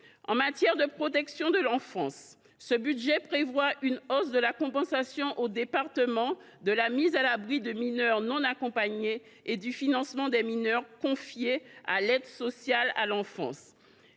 En matière de protection de l’enfance, ce budget prévoit une hausse de la compensation aux départements de la mise à l’abri des mineurs non accompagnés et du financement des mineurs confiés à l’aide sociale à l’enfance.